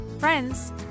friends